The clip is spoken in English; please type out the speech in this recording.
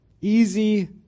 easy